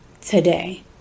today